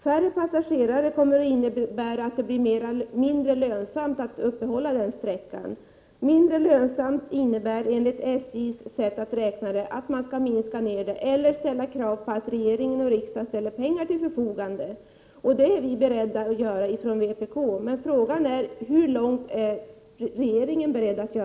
Färre passagerare kommer att innebära att det blir mindre lönsamt att upprätthålla trafik på den sträckan. Mindre lönsamt innebär enligt SJ:s sätt att räkna att man minskar trafiken eller kräver att regering och riksdag ställer pengar till förfogande. Vpk är berett att göra det, men frågan är hur långt regeringen är beredd att gå.